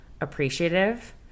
appreciative